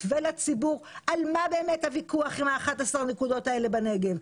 ולציבור על מה באמת הוויכוח עם 11 הנקודות האלה בנגב,